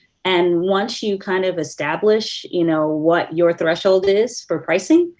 and once you kind of establish you know what your threshold is for pricing,